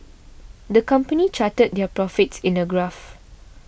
the company charted their profits in a graph